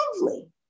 lovely